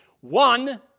One